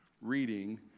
reading